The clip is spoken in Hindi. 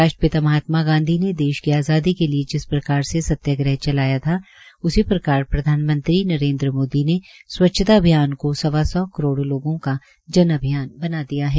राष्ट्रपिता महात्मा गांधी ने देश की आज़ादी के लिए जिस तरह सत्याग्रह चलाया था उसी प्रधानमंत्री नरेन्द्र मोदी ने स्वच्छता अभियान को सवा सौ करोड़ लोगों का जन अभियान बना दिया है